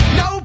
no